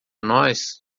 nós